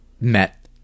met